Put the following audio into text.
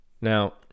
now